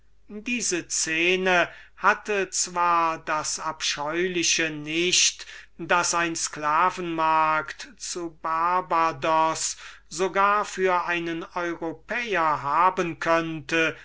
diese szene hatte zwar das abscheuliche nicht das ein sklaven markt zu barbados so gar für einen europäer haben könnte